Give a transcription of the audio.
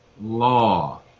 law